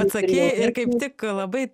atsakei ir kaip tik labai